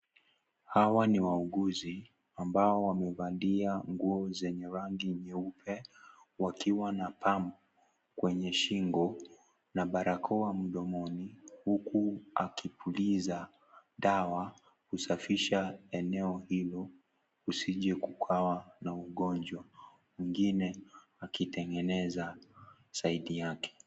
Hawa ni wauguzi ambao wamevalia nguo zenye rangi nyeupe wakiwa na pump kwenye shingo na barakoa mdomoni huku akipuliza dawa kusafisha eneo hilo usije kukawa na ugonjwa, mwingine akitengeneza side yake.